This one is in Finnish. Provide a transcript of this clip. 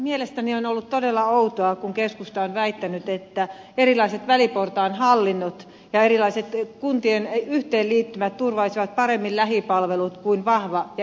mielestäni on ollut todella outoa kun keskusta on väittänyt että erilaiset väliportaan hallinnot ja erilaiset kuntien yhteenliittymät turvaisivat paremmin lähipalvelut kuin vahva ja elinvoimainen peruskunta